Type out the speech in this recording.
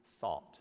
thought